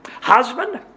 Husband